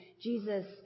Jesus